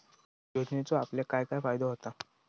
योजनेचो आपल्याक काय काय फायदो होता?